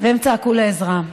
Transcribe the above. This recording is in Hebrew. הם צעקו לעזרה,